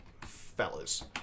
fellas